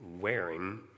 wearing